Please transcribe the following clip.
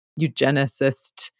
eugenicist